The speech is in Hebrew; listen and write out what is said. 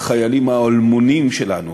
החיילים האלמונים שלנו